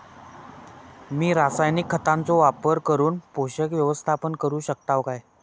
मी रासायनिक खतांचो वापर करून पोषक व्यवस्थापन करू शकताव काय?